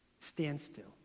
standstill